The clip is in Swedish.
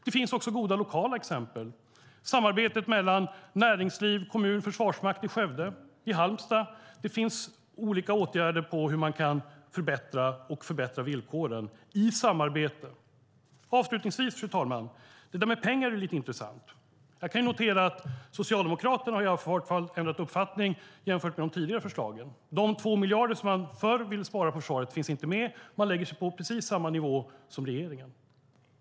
Det finns också goda lokala exempel. Samarbetet mellan näringsliv, kommun och försvarsmakt i Skövde och Halmstad är sådana. Det finns olika exempel på åtgärder för hur man kan förbättra villkoren i samarbete med varandra. Fru talman! Avslutningsvis vill jag säga att det där med pengar är lite intressant. Jag kan notera att Socialdemokraterna i vart fall har ändrat uppfattning jämfört med de tidigare förslagen. De 2 miljarder som man förr ville spara på försvaret finns inte med, utan man lägger sig på precis samma nivå som regeringen.